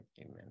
Amen